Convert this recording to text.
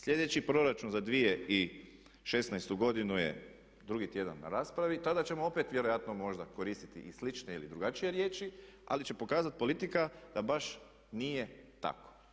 Sljedeći proračun za 2016. godinu je drugi tjedan na raspravi i tada ćemo opet vjerojatno možda koristiti i slične ili drugačije riječi ali će pokazati politika da baš nije tako.